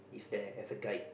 is there as a guide